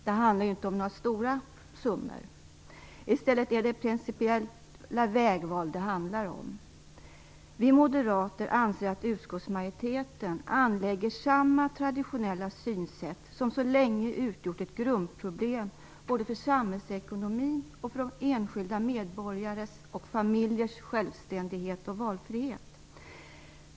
Det handlar ju inte om några stora summor. I stället är det principiella vägval det handlar om. Vi moderater anser att utskottsmajoriteten anlägger samma traditionella synsätt som så länge utgjort ett grundproblem både för samhällsekonomin och för enskilda medborgares och familjers självständighet och valfrihet.